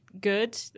good